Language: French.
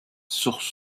source